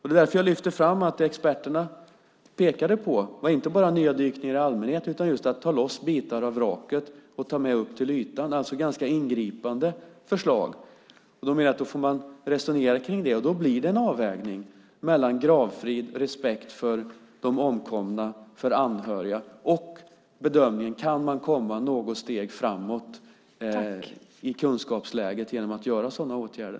Det är därför som jag lyfter fram att det som experterna pekade på var inte bara nya dykningar i allmänhet utan just att man skulle ta bort bitar av vraket och ta med dem upp till ytan. Det var alltså ganska ingripande förslag. Då menar jag att man får resonera kring det. Då blir det en avvägning mellan gravfrid och respekt för de omkomna och för anhöriga och bedömningen om man kan komma något steg framåt i kunskapsläget genom att vidta sådana åtgärder.